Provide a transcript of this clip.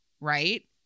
Right